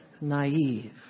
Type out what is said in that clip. naive